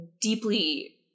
deeply